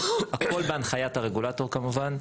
הכול בהנחיית הרגולטור כמובן.